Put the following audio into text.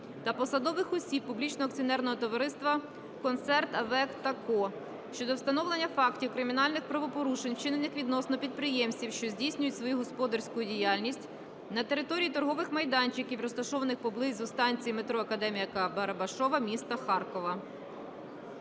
та посадових осіб публічного акціонерного товариства "Концерн АВЕК та Ко" щодо встановлення фактів кримінальних правопорушень, вчинених відносно підприємців, що здійснюють свою господарську діяльність на території торгових майданчиків, розташованих поблизу станції метро Академіка Барабашова міста Харкова.